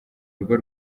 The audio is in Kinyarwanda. rugo